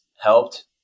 helped